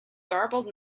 garbled